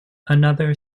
another